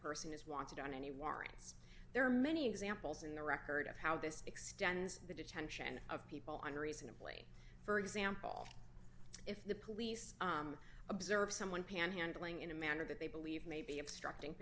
person is wanted on any warrants there are many examples in the record of how this extends the detention of people on reasonably for example if the police observe someone panhandling in a manner that they believe may be obstructing